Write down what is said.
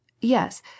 yes